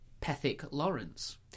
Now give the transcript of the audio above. Pethick-Lawrence